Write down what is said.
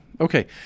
Okay